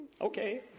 okay